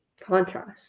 contrast